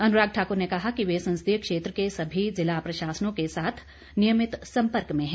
अनुराग ठाकुर ने कहा कि वह संसदीय क्षेत्र के सभी जिला प्रशासनों के साथ नियमित सम्पर्क में है